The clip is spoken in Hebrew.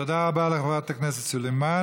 תודה רבה לחברת הכנסת סלימאן.